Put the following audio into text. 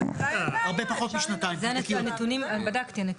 הרבה פחות משנתיים, תבדקי אותי.